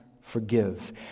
forgive